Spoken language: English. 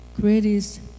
greatest